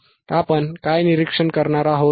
आपण काय निरीक्षण करणार आहोत